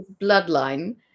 bloodline